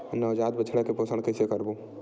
नवजात बछड़ा के पोषण कइसे करबो?